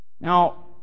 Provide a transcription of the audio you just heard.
Now